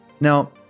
Now